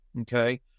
okay